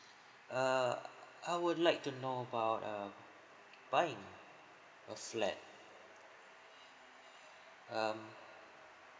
err I would like to know about err buying a flat um